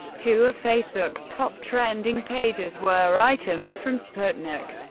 two of facebook's top trending pages were items from sputnik,